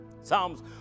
Psalms